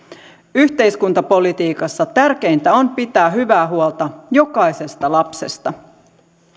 yhteiskuntapolitiikassa tärkeintä on pitää hyvää huolta jokaisesta lapsesta